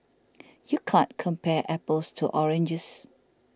you can't compare apples to oranges